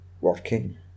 working